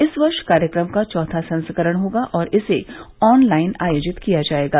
इस वर्ष कार्यक्रम का चौथा संस्करण होगा और इसे ऑनलाइन आयोजित किया जाएगा